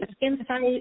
insight